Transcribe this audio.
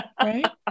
Right